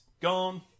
Gone